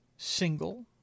single